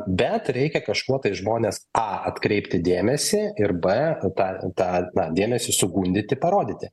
bet reikia kažkuo tai žmones a atkreipti dėmesį ir b tą tą na dėmesį sugundyti parodyti